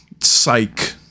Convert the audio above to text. psych